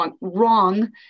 wrong